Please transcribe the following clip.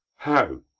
how!